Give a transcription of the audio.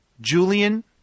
Julian